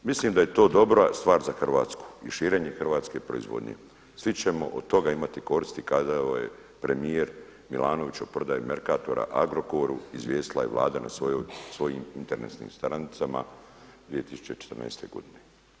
Mislim da je to dobra stvar za Hrvatsku i širenje hrvatske proizvodnje, svi ćemo od toga imati koristi kazao je premijer Milanović o prodaji Merkatora Agrokoru, izvijestila je Vlada na svojim internetskim stranicama 2014. godine.